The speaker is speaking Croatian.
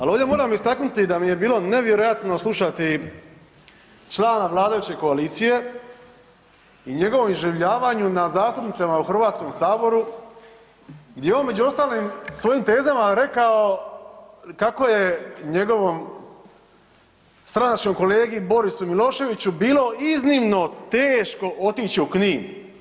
Ali ovdje moram istaknuti da mi je bilo nevjerojatno slušati člana vladajuće koalicije i njegovom iživljavanju na zastupnicima u Hrvatskom saboru gdje je on među ostalim svojim tezama rekao kako je njegovom stranačkom kolegi Borisu Miloševiću bilo iznimno teško otići u Knin.